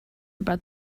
about